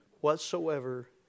whatsoever